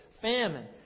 Famine